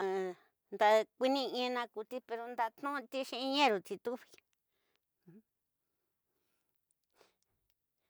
kuini ina kuti pero ndakuti xi'in ñeru ti tu